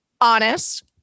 Honest